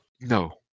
No